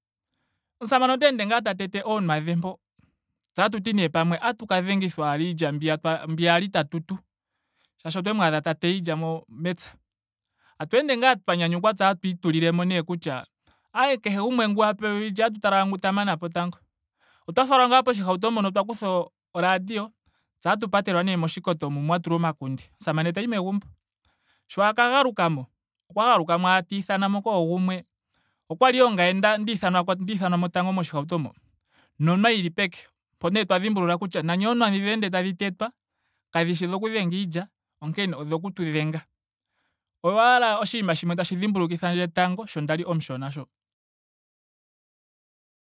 Omusamane ota ende ngaa ta tete oonwa dhe mpo. Tse otatuti nee pamwe otatu ka dhengithwa owa iilya mbiya twa- mbiya kwali ta tutu. Molwaashoka otwemu adha ta teya iilya mo- mepya. Tatu ende ngaa twa nyanyukwa tse otatu itululemo nee kutya aaye kehe gumwe ngu a pewa iilya otatu tala ashike ngu ta manapo tango. Otwa falwa ngaa poshihauto mpoka twa kutha o- oradio tse otatu patelwa nee moshikoto mo mwa tulwa omakunde. Omusamane tayi megumbo. Sho a ka galuka mo. okwa galukamo ashike tiithana mo koogumwe. Okwali ihe ongame ndi- nda ithanwa ko- nda ithanwako tango ndiithanwamo tango moshihauto mo. Nonwa yili peke. Mpa nee twa dhimbulula kutya nani oonwa dhi dheendwa tadhi tetwa kadhishi dhoku dhenga iilya. onkene odhoku tu dhenga. Oyo owala oshinima shimwe tashi dhimbulukithandje sho. sho ndali omushona